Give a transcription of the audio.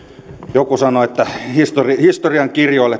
joku sanoi että historiankirjoihin